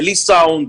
בלי סאונד,